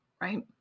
Right